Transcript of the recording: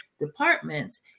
departments